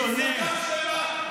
מפלגה שלמה עם הנוכחות הכי נמוכה,